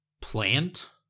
plant